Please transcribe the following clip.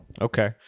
Okay